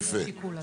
יפה.